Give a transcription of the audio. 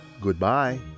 Goodbye